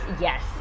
yes